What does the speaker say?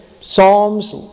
Psalms